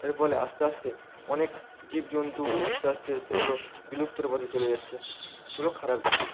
এর ফলে আস্তে আস্তে অনেক জীব জন্তু আস্তে আস্তে সেগুলো বিলুপ্তের পথে চলে যাচ্চে এগুলো খারাপ জিনিস